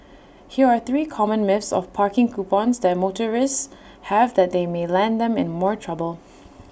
here are three common myths of parking coupons that motorists have that they may land them in more trouble